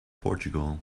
portugal